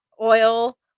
oil